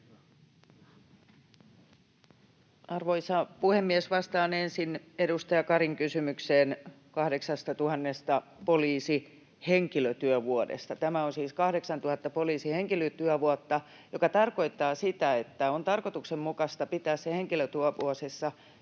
Arvoisa puhemies! Vastaan ensin edustaja Karin kysymykseen 8 000 poliisihenkilötyövuodesta. Tämä on siis 8 000 poliisihenkilötyövuotta, mikä tarkoittaa sitä, että on tarkoituksenmukaista pitää se henkilötyövuosissa.